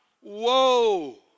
Whoa